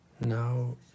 Now